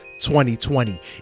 2020